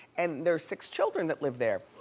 and their six children that live there.